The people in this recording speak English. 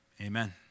amen